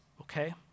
okay